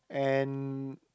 and